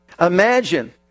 Imagine